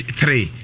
three